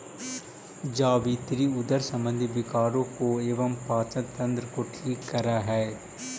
जावित्री उदर संबंधी विकारों को एवं पाचन तंत्र को ठीक करअ हई